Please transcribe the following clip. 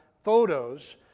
photos